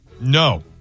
No